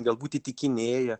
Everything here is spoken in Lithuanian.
galbūt įtikinėja